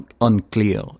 unclear